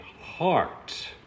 heart